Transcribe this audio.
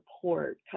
support